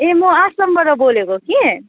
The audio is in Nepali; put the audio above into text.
ए म आसामबाट बोलेको कि